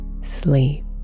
sleep